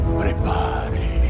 prepare